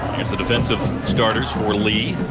the defensive starters for lee.